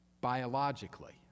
biologically